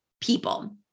people